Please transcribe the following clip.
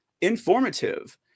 informative